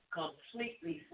completely